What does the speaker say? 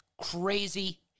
crazy